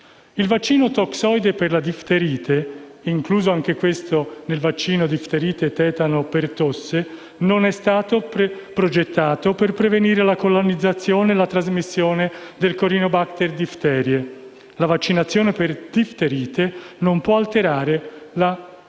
Il vaccino toxoide della difterite, incluso anch'esso nel vaccino difterite-tetano-pertosse, non è stato progettato per prevenire la colonizzazione e la trasmissione di *corynebacterium* *diphtheriae*. La vaccinazione per la difterite non può alterare la sicurezza